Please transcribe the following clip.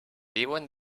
viuen